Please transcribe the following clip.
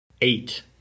eight